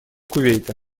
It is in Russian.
кувейта